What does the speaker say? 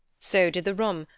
so did the room,